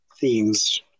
themes